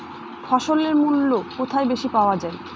ফসলের মূল্য কোথায় বেশি পাওয়া যায়?